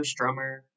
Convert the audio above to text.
Strummer